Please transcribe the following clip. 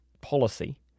policy